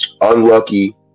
Unlucky